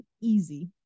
easy